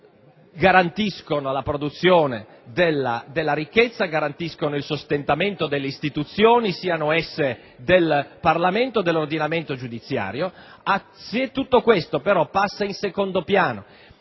fine garantiscono la produzione della ricchezza, il sostentamento delle istituzioni, siano esse del Parlamento o dell'ordinamento giudiziario; se tutto questo passa in secondo piano